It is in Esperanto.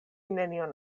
nenion